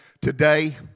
today